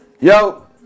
Yo